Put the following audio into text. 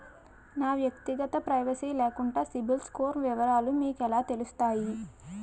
నా వ్యక్తిగత ప్రైవసీ లేకుండా సిబిల్ స్కోర్ వివరాలు మీకు ఎలా తెలుస్తాయి?